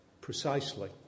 precisely